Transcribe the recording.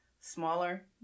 smaller